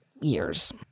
years